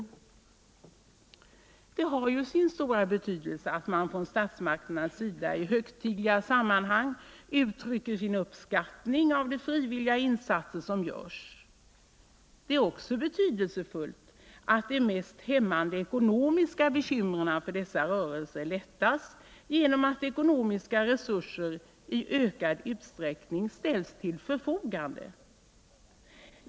119 Det har sin stora betydelse att man från statsmakternas sida i högtidliga sammanhang uttrycker sin uppskattning av de frivilliga insatser som görs. Det är också betydelsefullt att de mest hämmande ekonomiska bekymren för dessa rörelser lättas genom att ekonomiska resurser i ökad utsträckning ställs till förfogande.